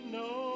no